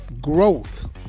growth